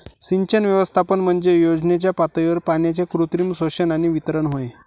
सिंचन व्यवस्थापन म्हणजे योजनेच्या पातळीवर पाण्याचे कृत्रिम शोषण आणि वितरण होय